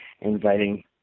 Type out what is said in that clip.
inviting